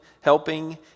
helping